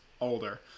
older